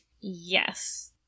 Yes